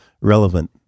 relevant